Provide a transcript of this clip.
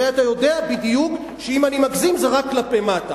הרי אתה יודע בדיוק שאם אני מגזים זה רק כלפי מטה,